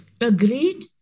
Agreed